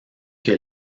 que